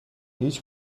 هیچ